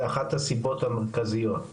זה אחת הסיבות המרכזיות.